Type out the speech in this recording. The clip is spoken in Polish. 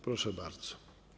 Proszę bardzo.